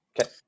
Okay